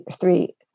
three